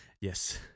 Yes